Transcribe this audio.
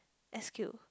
S Q